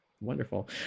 wonderful